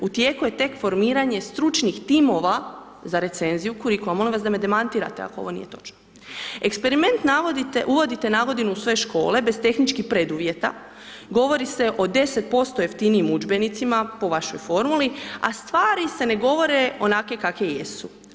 U tijeku je tek formiranje stručnih timova za recenziju koji, molim vas da me demantirate ako ovo nije točno, eksperiment uvodite na godinu u sve škole bez tehničkih preduvjeta, govori se o 10% jeftinijim udžbenicima po vašoj formuli, a stvari se ne govore onakve kakve jesu.